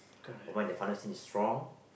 is strong